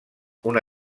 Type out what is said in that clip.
una